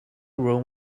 room